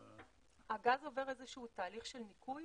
הגז עובר איזשהו תהליך של ניקוי.